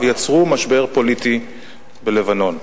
יצרו משבר פוליטי בלבנון.